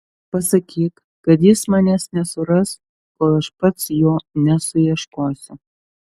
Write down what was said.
pasakyk kad jis manęs nesuras kol aš pats jo nesuieškosiu